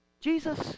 Jesus